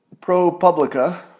ProPublica